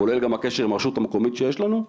כולל גם הקשר עם הרשות המקומית שיש לנו,